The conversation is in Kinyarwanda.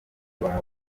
abana